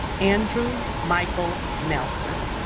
andrew michael nelson